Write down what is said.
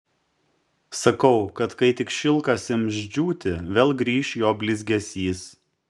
sakau kad kai tik šilkas ims džiūti vėl grįš jo blizgesys